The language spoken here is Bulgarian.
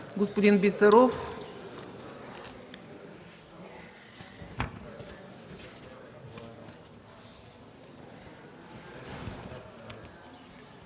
Господин Бисеров.